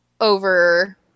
over